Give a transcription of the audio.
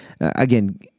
again